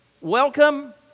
Welcome